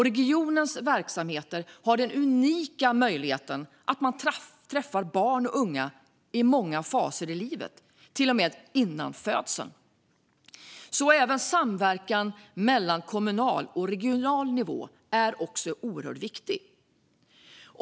Regionens verksamheter har den unika möjligheten att man träffar barn och unga i många faser i livet - till och med före födseln. Även samverkan mellan kommunal och regional nivå är oerhört viktig.